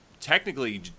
technically